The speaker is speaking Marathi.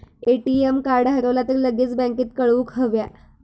ए.टी.एम कार्ड हरवला तर लगेच बँकेत कळवुक हव्या